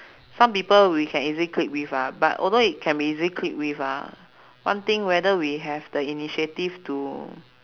some people we can easily click with ah but although it can be easily click with ah one thing whether we have the initiative to